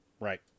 right